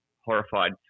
horrified